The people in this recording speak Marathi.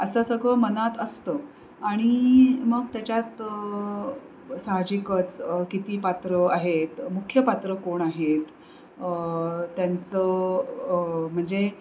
असं सगळं मनात असतं आणि मग त्याच्यात साहजिकच किती पात्रं आहेत मुख्य पात्र कोण आहेत त्यांचं म्हणजे